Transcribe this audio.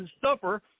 suffer